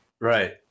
Right